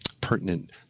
pertinent